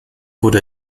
wurde